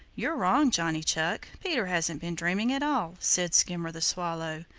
you're wrong, johnny chuck. peter hasn't been dreaming at all, said skimmer the swallow,